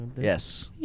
Yes